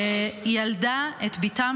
ושילדה את בתם